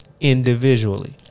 Individually